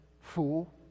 Fool